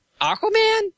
Aquaman